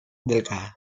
delgadas